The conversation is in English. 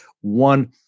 One